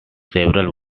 several